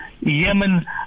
Yemen